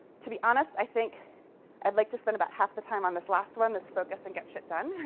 to be honest, i think i'd like to spend about half the time on this last one this focus! and get shit done.